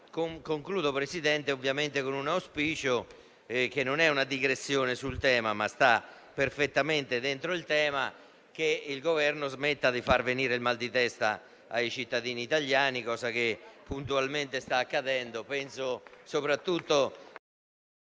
concludere con un auspicio, che non è una digressione sul tema ma rientra perfettamente al suo interno: che il Governo smetta di far venire il mal di testa ai cittadini italiani, cosa che puntualmente sta accadendo.